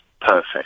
perfect